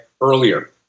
earlier